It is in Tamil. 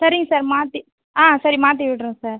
சரிங்க சார் மாற்றி ஆ சரி மாற்றி விடறோம் சார்